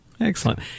Excellent